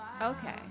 Okay